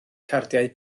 cardiau